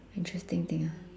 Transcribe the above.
interesting thing ah